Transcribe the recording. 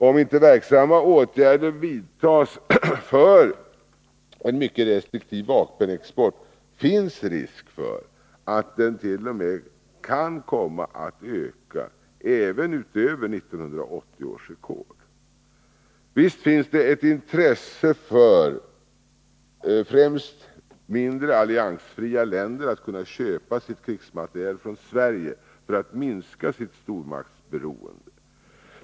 Om inte verksamma åtgärder vidtas för en mycket restriktiv vapenexport, finns det risk för att den t.o.m. kommer att öka även utöver 1980 års rekord. Visst finns det ett intresse hos främst mindre alliansfria länder att kunna köpa sin krigsmateriel från Sverige för att minska sitt stormaktsberoende.